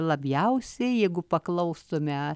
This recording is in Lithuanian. labiausiai jeigu paklaustume